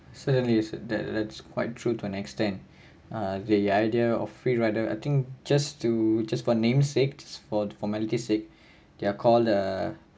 certainly is that that's quite true to an extent uh the idea of free rider I think just to just for name sakes for formality sake they are call uh